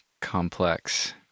complex